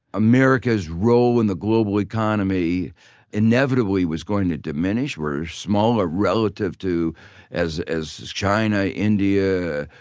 america's role in the global economy inevitably was going to diminish, we're smaller relative to as as china, india,